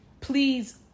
Please